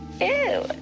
Ew